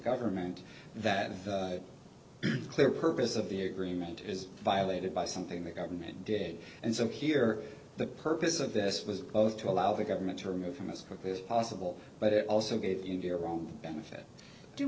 government that a clear purpose of the agreement is violated by something the government did and so here the purpose of this was both to allow the government to remove him as quickly as possible but it also gave him your own benefit do